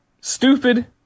Stupid